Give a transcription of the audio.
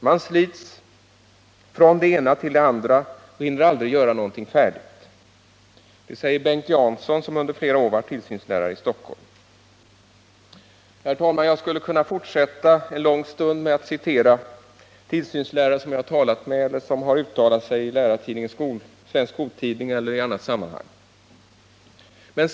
Man slits från det ena till det andra och hinner aldrig göra någonting färdigt.” Det säger Bengt Jansson, som under flera år varit tillsynslärare i Stockholm. Herr talman! Jag skulle kunna fortsätta en lång stund med att citera tillsynslärare som jag har talat med eller som har uttalat sig i Lärartidningen/ Svensk Skoltidning eller i annnat sammanhang.